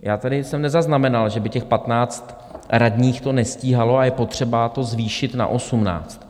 Já tady jsem nezaznamenal, že by těch 15 radních to nestíhalo a je potřeba to zvýšit na 18.